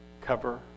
cover